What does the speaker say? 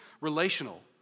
relational